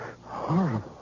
Horrible